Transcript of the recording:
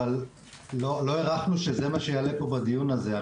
אבל לא הערכנו שזה מה שיעלה פה בדיון הזה.